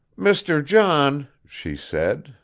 mr. john, she said,